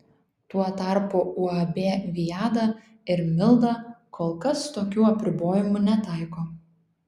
tuo tarpu uab viada ir milda kol kas tokių apribojimų netaiko